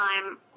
time